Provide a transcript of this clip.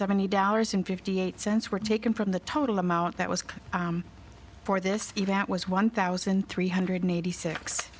seventy dollars and fifty eight cents were taken from the total amount that was for this event was one thousand three hundred eighty six